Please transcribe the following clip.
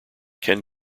ken